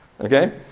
Okay